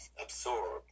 absorb